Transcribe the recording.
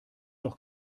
doch